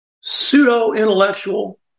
pseudo-intellectual